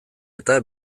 eta